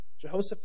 Jehoshaphat